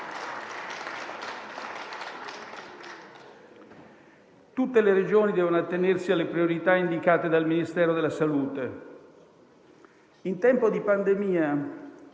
Tutte le Regioni devono attenersi alle priorità indicate dal Ministero della salute. In tempo di pandemia,